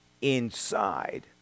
inside